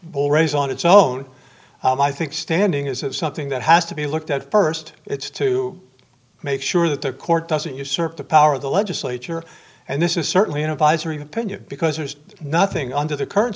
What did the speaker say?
will raise on its own i think standing is of something that has to be looked at first it's to make sure that the court doesn't usurp the power of the legislature and this is certainly an advisory opinion because there's nothing under the current